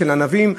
של ענבים,